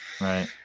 Right